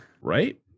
Right